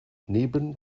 neben